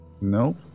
Nope